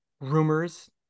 rumors